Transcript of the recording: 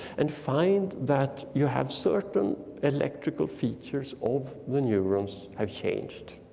and find that you have certain electrical features of the neurons have changed.